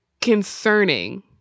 concerning